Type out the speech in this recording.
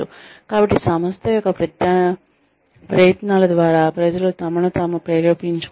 కాబట్టి సంస్థ యొక్క ప్రయత్నాల ద్వారా ప్రజలు తమను తాము ప్రేరేపించుకుంటారు